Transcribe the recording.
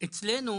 אצלנו